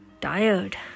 Tired